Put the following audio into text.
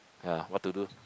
ya what to do